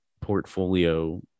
portfolio